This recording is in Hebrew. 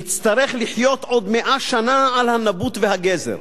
נצטרך לחיות עוד מאה שנה על הנבוט והגזר.